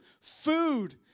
food